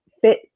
fit